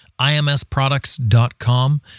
IMSproducts.com